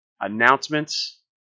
announcements